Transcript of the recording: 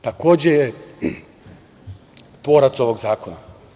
Takođe je tvorac ovog zakona.